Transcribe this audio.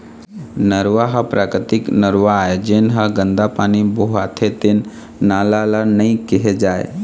नरूवा ह प्राकृतिक नरूवा आय, जेन ह गंदा पानी बोहाथे तेन नाला ल नइ केहे जाए